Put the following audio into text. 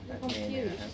Confused